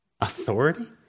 Authority